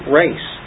race